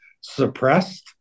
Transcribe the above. suppressed